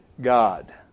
God